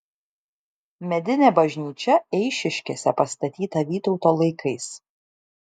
medinė bažnyčia eišiškėse pastatyta vytauto laikais